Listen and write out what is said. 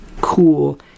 cool